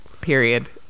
Period